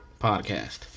podcast